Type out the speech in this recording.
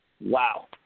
Wow